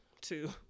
two